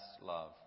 love